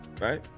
right